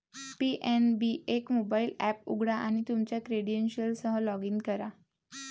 PNB एक mobile app उघडा आणि तुमच्या क्रेडेन्शियल्ससह लॉग इन करा